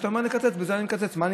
כשאומרים לקצץ, בזה אני מקצץ.